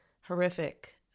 horrific